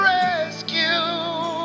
rescue